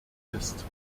ist